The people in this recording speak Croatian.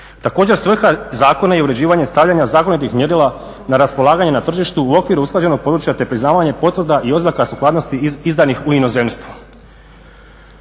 Također svrha zakona je uređivanje stavljanja zakonitih mjerila na raspolaganje na tržištu u okviru usklađenog područja te priznavanje potvrda i oznaka sukladnosti izdanih u inozemstvu.